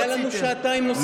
היו לנו שעתיים נוספות.